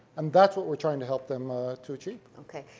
and that's what we're trying to help them to achieve. okay,